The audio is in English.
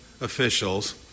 officials